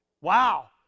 Wow